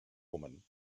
woman